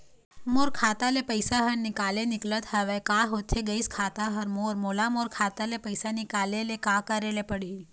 मोर खाता ले पैसा हर निकाले निकलत हवे, का होथे गइस खाता हर मोर, मोला मोर खाता ले पैसा निकाले ले का करे ले पड़ही?